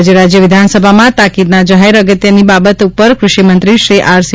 આજે રાજય વિધાનસભામાં તાકીદના જાહેર અગત્યની બાબત ઉપર ક્રષિમંત્રીશ્રી સી